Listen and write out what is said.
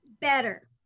better